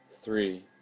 three